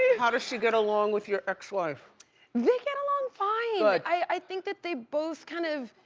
how does she get along with your ex-wife? they get along fine. i think that they both kind of,